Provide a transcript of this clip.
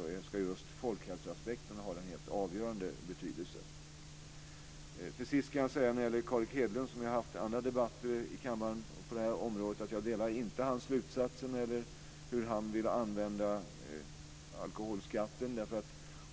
mig att just folkhälsoaspekterna ska ha den avgörande betydelsen i den konflikten. Till sist vill jag säga att Carl Erik Hedlund och jag har haft andra debatter i kammaren på det här området, och jag delar inte hans slutsatser när det gäller hur han vill använda alkoholskatten.